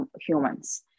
humans